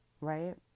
right